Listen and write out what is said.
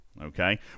Okay